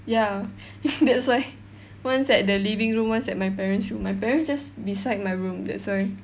ya that's why one is at the living room one is at my parents' room my parents' just beside my room that's why